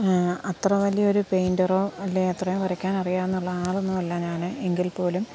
അത്ര വലിയ ഒരു പെയ്ൻ്ററോ അല്ലെങ്കിൽ അത്രയും വരയ്ക്കാനറിയാം എന്നുള്ള ആളൊന്നുമല്ല ഞാൻ എങ്കിൽപ്പോലും